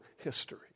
history